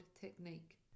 technique